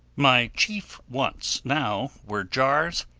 my chief wants now were jars,